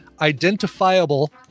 identifiable